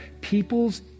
people's